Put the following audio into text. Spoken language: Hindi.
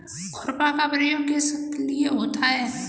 खुरपा का प्रयोग किस लिए होता है?